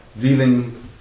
dealing